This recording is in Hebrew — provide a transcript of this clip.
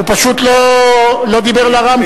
הוא פשוט לא דיבר לרמקול.